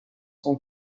son